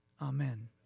amen